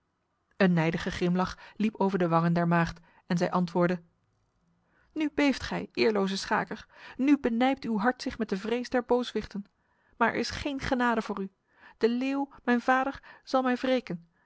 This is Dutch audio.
een nijdige grimlach liep over de wangen der maagd en zij antwoordde nu beeft gij eerloze schaker nu benijpt uw hart zich met de vrees der booswichten maar er is geen genade voor u de leeuw mijn vader zal mij wreken